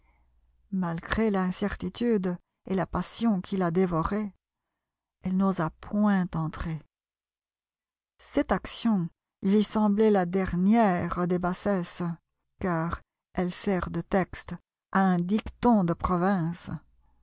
malgré l'incertitude et la passion qui la dévoraient elle n'osa point entrer cette action lui semblait la dernière des bassesses car elle sert de texte à un dicton de province